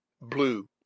blue